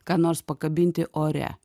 ką nors pakabinti ore